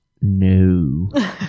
no